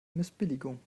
missbilligung